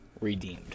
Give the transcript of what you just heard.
redeemed